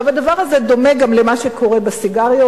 הדבר הזה דומה למה שקורה בסיגריות.